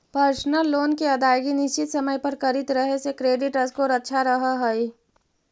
personal loan के अदायगी निश्चित समय पर करित रहे से क्रेडिट स्कोर अच्छा रहऽ हइ